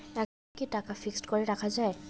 একাউন্টে কি টাকা ফিক্সড করে রাখা যায়?